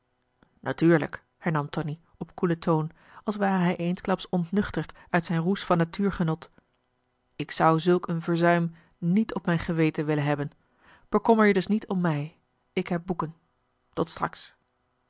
natuurlijk hernam tonie op koelen toon als ware hij eensklaps ontnuchterd uit zijn roes van natuurgenot ik zou zulk een verzuim niet op mijn geweten willen hebben bekommer je dus niet om mij ik heb boeken tot straks